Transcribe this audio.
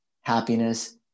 happiness